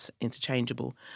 interchangeable